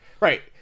right